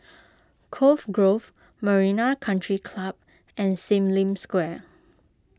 Cove Grove Marina Country Club and Sim Lim Square